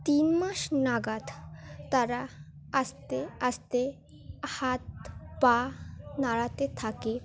তিন মাস নাগাদ তারা আস্তে আস্তে হাত পা নাড়াতে থাকে